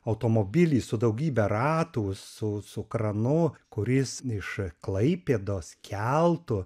automobilį su daugybe ratų su su kranu kuris iš klaipėdos keltu